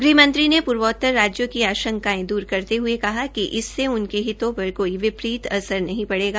गृहमंत्री ने पूर्वोतर राज्यों की आशंकायें दूर करते हये कहा कि इससे उनके हितों पर कोई विपरीत असर नहीं पड़ेगा